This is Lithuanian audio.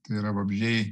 tai yra vabzdžiai